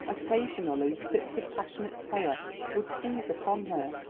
occasionally fits of passionate terror would seize upon her.